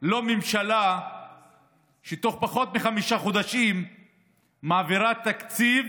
לא ממשלה שתוך פחות מחמישה חודשים מעבירה תקציב,